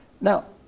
Now